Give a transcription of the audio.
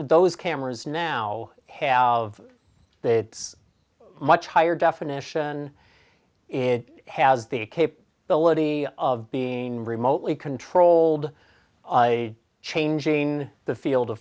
those cameras now have it's much higher definition it has the capability of being remotely controlled changing the field